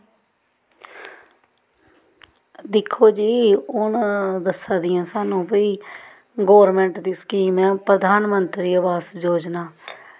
दिक्खो जी हून दस्सां दियां साह्नूं कि गौरमेंट दी स्कीम हून प्रधानमंत्री निवास योजना